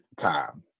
time